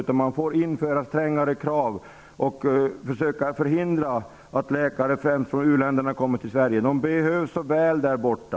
Man måste också införa strängare krav och försöka förhindra att läkare kommer till Sverige, främst läkare från u-länderna. De behövs så väl där borta.